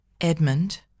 Edmund